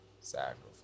Sacrifice